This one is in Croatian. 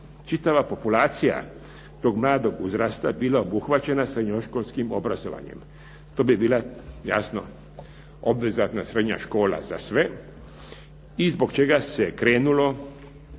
čitava populacija tog mladog uzrasta bila obuhvaćena srednjoškolskim obrazovanjem. To bi bila jasno obvezatna srednja škola za sve i zbog čega se krenulo